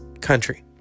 country